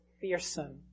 fearsome